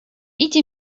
idzie